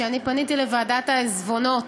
שאני פניתי לוועדת העיזבונות